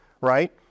right